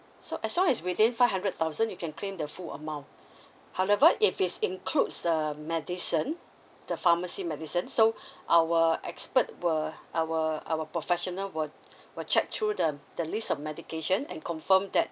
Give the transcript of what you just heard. so as long as within five hundred thousand you can claim the full amount however if it's includes uh medicine the pharmacy medicine so our expert will our our professional will will check through the the list of medication and confirm that